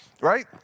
right